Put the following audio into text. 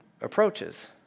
approaches